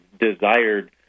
desired